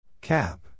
Cap